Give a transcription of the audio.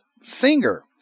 singer